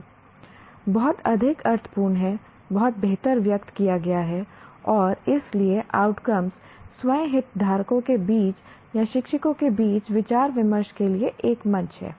बहुत अधिक अर्थपूर्ण है बहुत बेहतर व्यक्त किया गया है और इसलिए आउटकम्स स्वयं हितधारकों के बीच या शिक्षकों के बीच विचार विमर्श के लिए एक मंच है